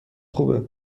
خوبه